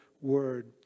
word